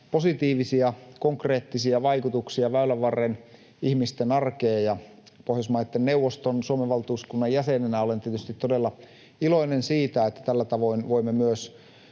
positiivisia, konkreettisia vaikutuksia Väylänvarren ihmisten arkeen. Pohjoismaitten neuvoston Suomen valtuuskunnan jäsenenä olen tietysti todella iloinen siitä, että tällä tavoin voimme myös